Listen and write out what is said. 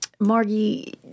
Margie